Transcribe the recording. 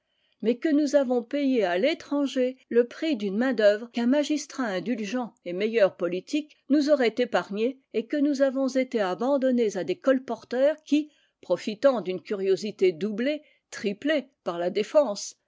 mais que nous avons payé à l'étranger le prix d'une main-d'œuvre qu'un magistrat indulgent et meilleur politique nous aurait épargné et que nous avons été abandonnés à des colporteurs qui profitant d'une curiosité doublée triplée par la défense